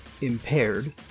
impaired